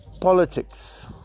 Politics